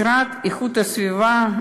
המשרד להגנת הסביבה,